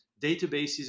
databases